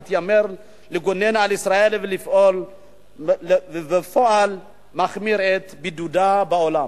המתיימר לגונן על ישראל ובפועל מחמיר את בידודה בעולם."